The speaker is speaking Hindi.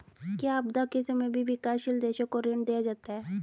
क्या आपदा के समय भी विकासशील देशों को ऋण दिया जाता है?